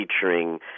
featuring